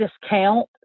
discount